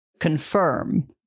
Confirm